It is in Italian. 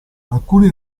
alcuni